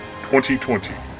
2020